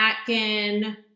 Atkin